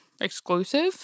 exclusive